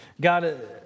God